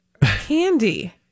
candy